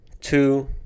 two